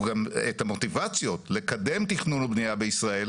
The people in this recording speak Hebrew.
גם את המוטיבציות לקדם תכנון ובנייה בישראל,